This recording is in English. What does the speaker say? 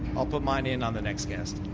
i'll put mine in on the next cast.